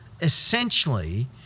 essentially